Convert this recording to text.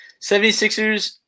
76ers